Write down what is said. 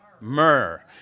Myrrh